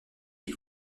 lui